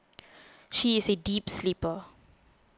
she is a deep sleeper